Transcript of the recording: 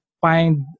find